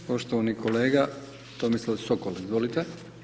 Poštovani kolega Tomislav Sokol, izvolite.